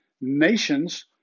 nations